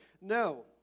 No